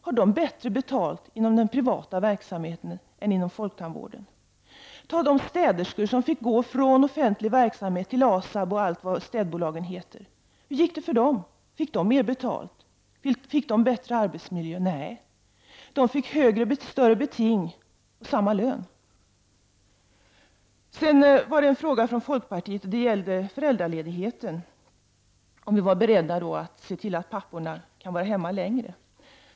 Har de bättre betalt inom den privata verksamheten än inom folktandvården? Jag kan också nämna de städerskor som fick gå från offentlig verksamhet till ASAB och allt vad städbolagen heter. Hur gick det för dem? Fick de mer betalt? Fick de bättre arbetsmiljö? Nej, de fick större beting och samma lön. Charlotte Branting ställde en fråga om föräldraledigheten. Hon undrade om vi var beredda att se till att papporna kan vara hemma längre.